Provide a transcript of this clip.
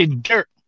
dirt